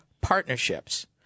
partnerships